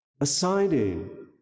assigning